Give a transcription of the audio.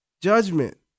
judgment